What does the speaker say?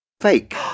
fake